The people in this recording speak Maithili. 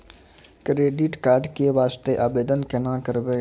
क्रेडिट कार्ड के वास्ते आवेदन केना करबै?